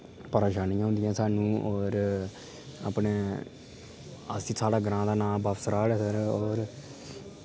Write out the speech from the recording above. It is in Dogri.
पराशानियां होंदियां सानूं और अपने अस साढ़ा ग्रांऽ दा नांऽ सराढ़ ऐ सर